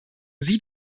sie